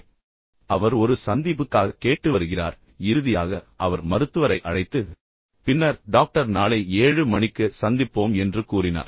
எனவே அவர் ஒரு சந்திபுக்காக கேட்டு வருகிறார் பின்னர் இறுதியாக அவர் மருத்துவரை அழைத்து பின்னர் டாக்டர் நாளை 7 மணிக்கு சந்திப்போம் என்று கூறினார்